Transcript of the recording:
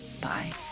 Bye